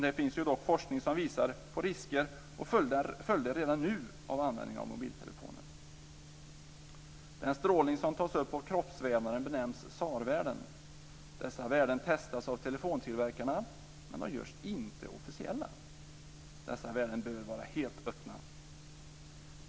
Det finns ju ändå forskning som visar på risker och följder redan nu vad gäller användningen av mobiltelefoner. Den strålning som tas upp av kroppsvävnaden benämns i SAR-värden. Dessa värden testas av telefontillverkarna men de görs inte officiella. Dessa värden bör vara helt öppna.